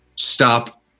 Stop